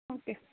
okay